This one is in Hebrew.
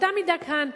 באותה מידה כאן.